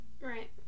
Right